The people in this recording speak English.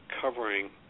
covering